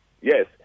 Yes